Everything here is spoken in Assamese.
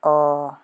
অঁ